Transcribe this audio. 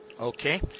okay